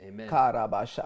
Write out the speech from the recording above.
Amen